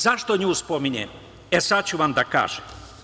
Zašto nju spominjem, sad ću da vam kažem.